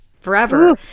forever